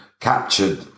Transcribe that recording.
captured